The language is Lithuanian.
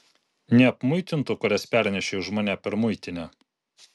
neapmuitintų kurias pernešei už mane per muitinę